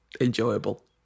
enjoyable